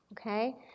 okay